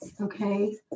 okay